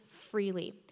freely